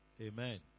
Amen